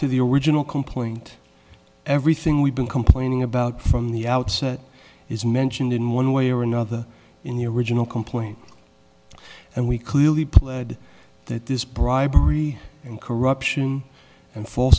to the original complaint everything we've been complaining about from the outset is mentioned in one way or another in the original complaint and we clearly pled that this bribery and corruption and f